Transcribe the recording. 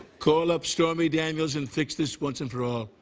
call up stormy daniels and fix this once and for all.